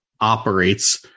operates